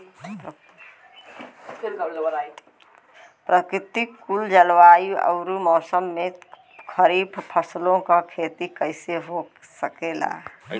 प्रतिकूल जलवायु अउर मौसम में खरीफ फसलों क खेती कइसे हो सकेला?